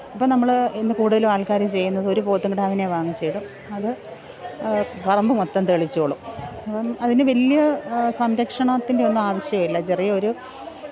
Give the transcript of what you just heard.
അപ്പം നമ്മൾ ഇന്ന് കൂടുതലും ആള്ക്കാർ ചെയ്യുന്നത് ഒരു പോത്തും കിടാവിനെ വാങ്ങിച്ചിടും അത് പറമ്പ് മൊത്തം തെളിച്ചോളും അപ്പം അതിന് വലിയ സംരക്ഷണത്തിന്റെ ഒന്നും ആവശ്യമില്ല ചെറിയ ഒരു